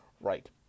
right